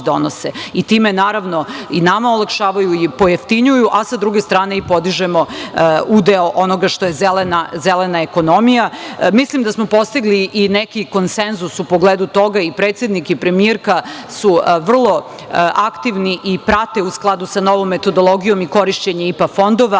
i time, naravno, i nama olakšavaju i pojeftinjuju, a sa druge strane i podižemo udeo onoga što je zelena ekonomija. Mislim da smo postigli i neki konsenzus u pogledu toga i predsednik i premijerka su vrlo aktivni i prate u skladu sa novom metodologijom i korišćenje IPA fondova,